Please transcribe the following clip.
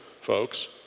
folks